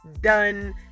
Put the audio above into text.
done